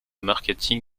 marketing